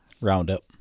Roundup